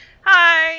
Hi